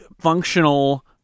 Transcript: functional